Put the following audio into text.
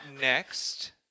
next